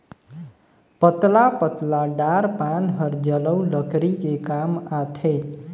पतला पतला डार पान हर जलऊ लकरी के काम आथे